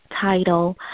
title